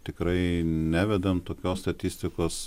tikrai nevedam tokios statistikos